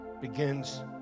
begins